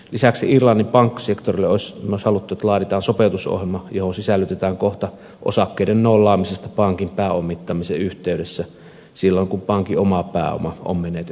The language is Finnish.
lisäksi me olisimme halunneet että irlannin pankkisektorille laaditaan sopeutusohjelma johon sisällytetään kohta osakkeiden nollaamisesta pankin pääomittamisen yhteydessä silloin kun pankin oma pääoma on menetetty kokonaan